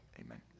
amen